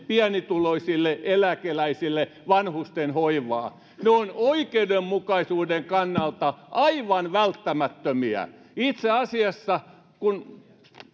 pienituloisille eläkeläisille ja vanhustenhoivaan ovat oikeudenmukaisuuden kannalta aivan välttämättömiä itse asiassa kun